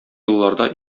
елларда